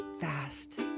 fast